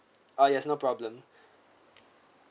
ah yes no problem